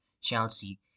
Chelsea